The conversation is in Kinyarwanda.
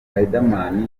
riderman